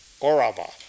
Orava